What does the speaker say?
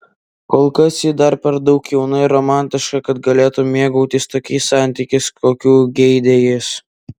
kol kas ji dar per daug jauna ir romantiška kad galėtų mėgautis tokiais santykiais kokių geidė jis